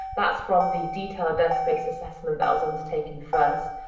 that's from the detail desk-based assessment that was undertaken first.